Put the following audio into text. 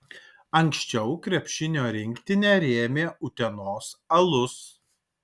anksčiau krepšinio rinktinę rėmė utenos alus